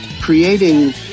creating